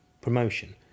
promotion